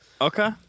Okay